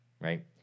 right